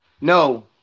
No